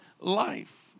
life